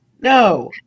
No